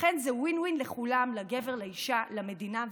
לכן זה win win לכולם, לגבר, לאישה, למדינה.